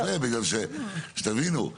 שתבינו,